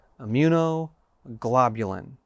Immunoglobulin